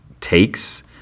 takes